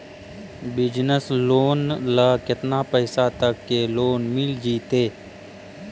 Business loan ल केतना पैसा तक के लोन मिल जितै?